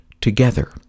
together